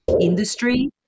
industry